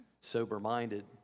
Sober-minded